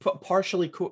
partially